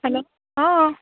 hello অঁ